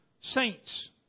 saints